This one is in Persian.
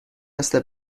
مثل